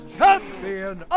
champion